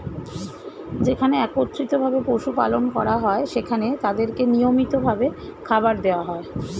যেখানে একত্রিত ভাবে পশু পালন করা হয়, সেখানে তাদেরকে নিয়মিত ভাবে খাবার দেওয়া হয়